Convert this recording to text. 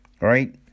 right